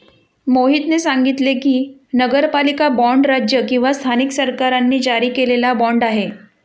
मोहितने सांगितले की, नगरपालिका बाँड राज्य किंवा स्थानिक सरकारांनी जारी केलेला बाँड आहे